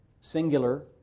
singular